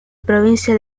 provincia